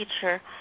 teacher